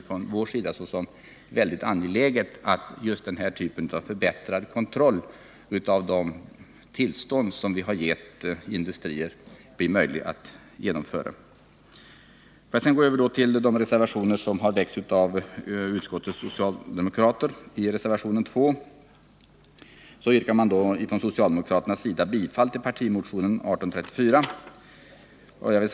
Från vår sida bedömer vi det som väldigt angeläget att det blir möjligt att genomföra just den här typen av förbättrad kontroll av de tillstånd som vi har gett industrierna. Sedan övergår jag till att kommentera reservationerna av utskottets socialdemokrater. I reservation 2 yrkar socialdemokraterna bifall till partimotion 1834.